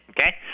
Okay